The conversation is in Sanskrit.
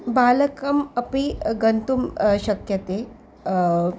बालकम् अपि गन्तुं शक्यते